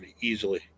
easily